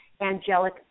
angelic